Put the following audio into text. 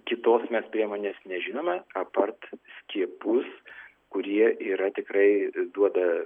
kitos mes priemonės nežinome apart skiepus kurie yra tikrai duoda